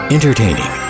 Entertaining